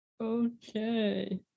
Okay